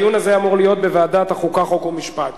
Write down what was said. הדיון הזה אמור להיות בוועדת החוקה, חוק ומשפט,